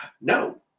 no